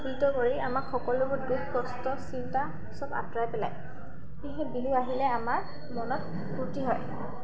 উৎফুল্লিত কৰি আমাৰ সকলোবোৰ দুখ কষ্ট চিন্তা চব আঁতৰাই পেলায় সেয়েহে সেই বিহু আহিলে আমাৰ মনত ফূৰ্তি হয়